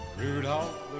Rudolph